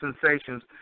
sensations